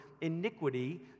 iniquity